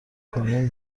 کنیم